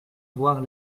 voir